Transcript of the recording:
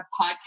podcast